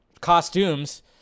Costumes